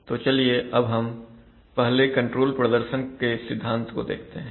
तो चलिए अब हम पहले कंट्रोल प्रदर्शन के सिद्धांत को देखते हैं